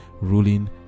ruling